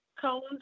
cones